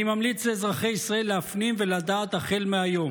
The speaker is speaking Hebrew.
אני ממליץ לאזרחי ישראל להפנים ולדעת החל מהיום: